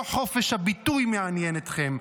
לא חופש הביטוי מעניין אתכם,